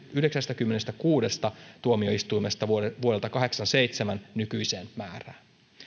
yhdeksästäkymmenestäkuudesta tuomioistuimesta vuodelta vuodelta tuhatyhdeksänsataakahdeksankymmentäseitsemän nykyiseen määrään